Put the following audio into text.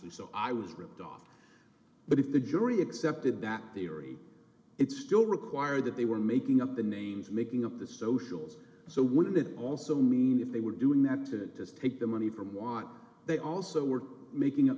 wisely so i was ripped off but if the jury accepted that theory it's still required that they were making up the names making up the socials so wouldn't it also mean if they were doing that to just take the money from why they also were making